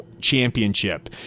Championship